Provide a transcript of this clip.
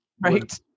Right